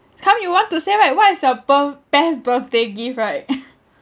come you want to say right what is your birth~ best birthday gift right